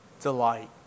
delight